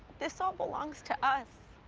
this all belongs to us.